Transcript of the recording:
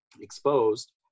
exposed